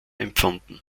empfunden